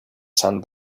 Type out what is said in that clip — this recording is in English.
sun